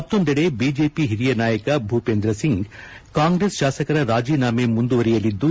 ಮತ್ತೊಂದೆಡೆ ಬಿಜೆಪಿ ಹಿರಿಯ ನಾಯಕ ಭೂಷೇಂದ್ರ ಸಿಂಗ್ ಕಾಂಗ್ರೆಸ್ ಶಾಸಕರ ರಾಜೀನಾಮೆ ಮುಂದುವರೆಯಲಿದ್ದು